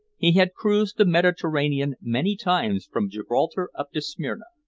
he had cruised the mediterranean many times from gibraltar up to smyrna.